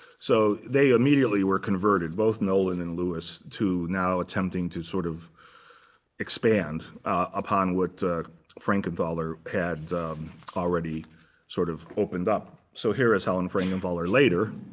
so they immediately were converted both nolan and louis to now attempting to sort of expand upon what frankenthaler had already sort of opened up. so here is helen frankenthaler later.